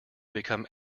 become